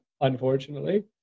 unfortunately